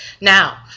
Now